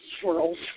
swirls